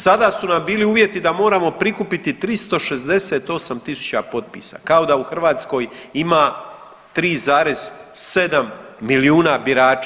Sada su nam bili uvjeti da moramo prikupiti 368000 potpisa kao da u Hrvatskoj ima 3,7 milijuna birača.